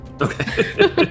Okay